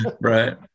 Right